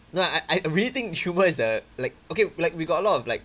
no I I really think humor is the like okay like we got a lot of like